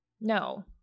No